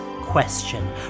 question